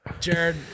Jared